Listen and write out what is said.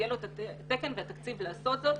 יהיה לו את התקן ואת התקציב לעשות זאת.